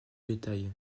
bétail